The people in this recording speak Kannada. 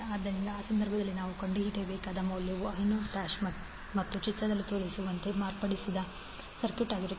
ಆದ್ದರಿಂದ ಆ ಸಂದರ್ಭದಲ್ಲಿ ನಾವು ಕಂಡುಹಿಡಿಯಬೇಕಾದ ಮೌಲ್ಯ I0 ಮತ್ತು ಚಿತ್ರದಲ್ಲಿ ತೋರಿಸಿರುವಂತೆ ಮಾರ್ಪಡಿಸಿದ ಸರ್ಕ್ಯೂಟ್ ಆಗಿರುತ್ತದೆ